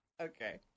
Okay